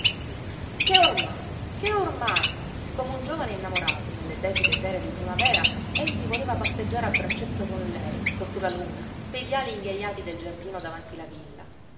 che ormai che ormai come un giovane innamorato nelle tepide sere di primavera egli voleva passeggiare a braccetto con lei sotto la luna pei viali inghiajati del giardino davanti la villa